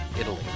Italy